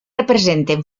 representen